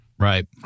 Right